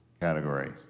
category